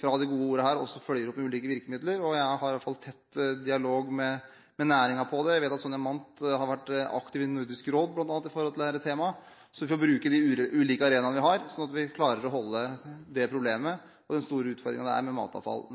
fra de gode ordene her også følger opp med ulike virkemidler. Jeg har iallfall tett dialog med næringen om dette. Jeg vet at Sonja Mandt har vært aktiv i Nordisk råd bl.a. når det gjelder dette temaet. Så vi får bruke de ulike arenaene vi har, slik at vi klarer å holde dette problemet og den store utfordringen det er med matavfall,